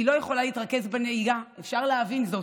היא לא יכולה להתרכז בנהיגה, אפשר להבין זאת,